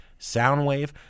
Soundwave